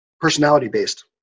personality-based